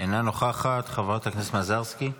אינה נוכחת, חברת הכנסת מזרסקי,